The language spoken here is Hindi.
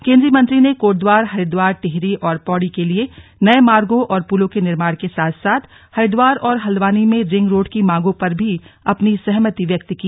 केंद्रीय मंत्री ने कोटद्वार हरिद्वार टिहरी और पौड़ी के लिए नए मार्गों और पुलों के निर्माण के साथ साथ हरिद्वार और हल्द्वानी में रिंग रोड की मांगों पर भी अपनी सहमति व्यक्त की